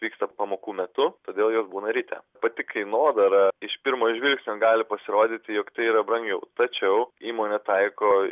vyksta pamokų metu todėl jos būna ryte pati kainodara iš pirmo žvilgsnio gali pasirodyti jog tai yra brangiau tačiau įmonė taiko